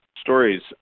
stories